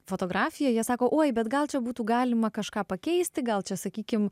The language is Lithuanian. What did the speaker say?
fotografiją jie sako oi bet gal čia būtų galima kažką pakeisti gal čia sakykim